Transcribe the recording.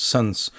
Sons